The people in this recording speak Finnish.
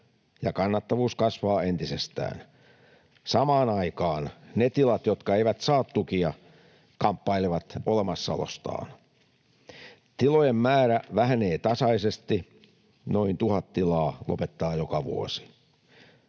ja kannattavuus kasvaa entisestään. Samaan aikaan ne tilat, jotka eivät saa tukia, kamppailevat olemassaolostaan. Tilojen määrä vähenee tasaisesti, noin tuhat tilaa lopettaa joka vuosi.